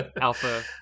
alpha